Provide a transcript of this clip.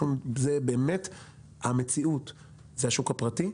זה השוק הפרטי,